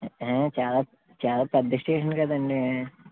చాలా చాలా పెద్ద స్టేషన్ కదండీ